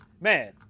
man